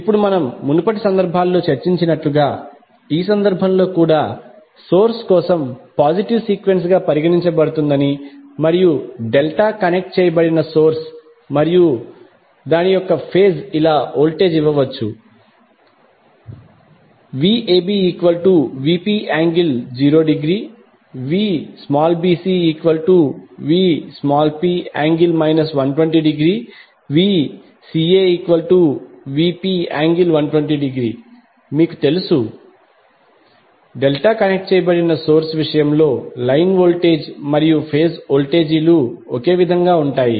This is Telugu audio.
ఇప్పుడు మనము మునుపటి సందర్భాల్లో చర్చించినట్లుగా ఈ సందర్భంలో కూడా సోర్స్ కోసం పాజిటివ్ సీక్వెన్స్ గా పరిగణించబడుతుందని మరియు డెల్టా కనెక్ట్ చేయబడిన సోర్స్ మరియు యొక్క ఫేజ్ ఇలా వోల్టేజ్ ఇవ్వవచ్చు VabVp∠0° VbcVp∠ 120° VcaVp∠120° మీకు తెలుసు డెల్టా కనెక్ట్ చేయబడిన సోర్స్ విషయంలో లైన్ వోల్టేజ్ మరియు ఫేజ్ వోల్టేజీలు ఒకే విధంగా ఉంటాయి